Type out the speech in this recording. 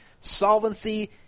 solvency